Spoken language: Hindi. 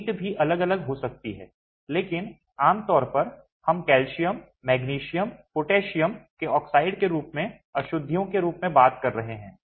ईंट भी अलग अलग हो सकती है लेकिन आम तौर पर हम कैल्शियम मैग्नीशियम पोटेशियम के ऑक्साइड रूपों में अशुद्धियों के रूप में बात कर रहे हैं